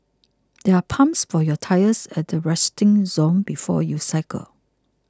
there are pumps for your tyres at the resting zone before you cycle